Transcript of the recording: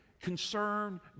concern